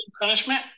punishment